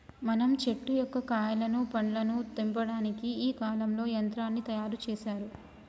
మనం చెట్టు యొక్క కాయలను పండ్లను తెంపటానికి ఈ కాలంలో యంత్రాన్ని తయారు సేసారు